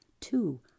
two